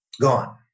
gone